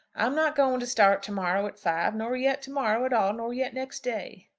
i'm not going to start to-morrow at five, nor yet to-morrow at all, nor yet next day.